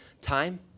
time